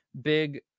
Big